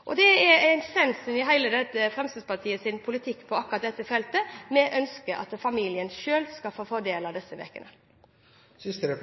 bruke. Dette er essensen i Fremskrittspartiets politikk på akkurat dette feltet. Vi ønsker at familien selv skal få fordele disse ukene. Den